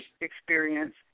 experience